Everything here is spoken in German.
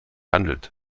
handelt